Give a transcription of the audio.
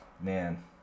man